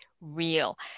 real